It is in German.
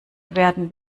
werden